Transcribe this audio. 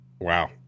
Wow